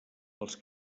els